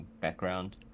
background